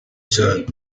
cyayo